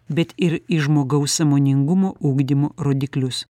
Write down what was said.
bet ir į žmogaus sąmoningumo ugdymo rodiklius